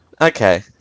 Okay